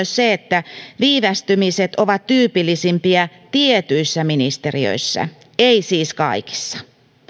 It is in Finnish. se että viivästymiset ovat tyypillisimpiä tietyissä ministeriöissä ei siis kaikissa